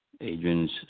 Adrian's